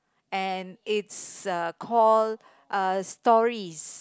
and it's uh called uh stories